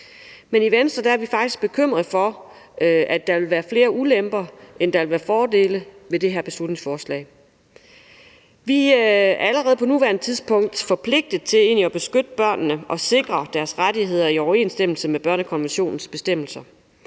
Men i Venstre er vi faktisk bekymrede for, at der vil flere ulemper, end der vil være fordele ved det her beslutningsforslag. Vi er allerede på nuværende tidspunkt forpligtet til at beskytte børnene og sikre deres rettigheder i overensstemmelse med børnekonventionens bestemmelser.